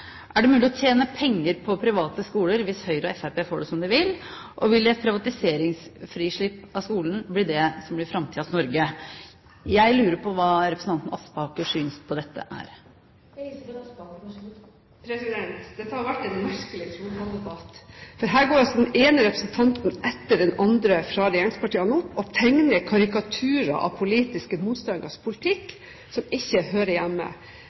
Er det mulig å tjene penger på private skoler hvis Høyre og Fremskrittspartiet får det som de vil? Og vil et privatiseringsfrislipp av skolen bli det som blir framtidens Norge? Jeg lurer på hva representanten Aspakers syn på dette er. Dette har vært en merkelig trontaledebatt, for her går altså den ene representanten etter den andre fra regjeringspartiene opp og tegner karikaturer av politiske motstanderes politikk som ikke hører hjemme